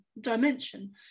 dimension